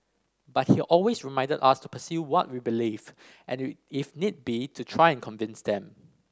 but he always reminded us to pursue what we believed and if need be to try and convince him